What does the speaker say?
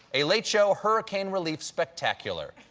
a late show hurricane relief spectacular.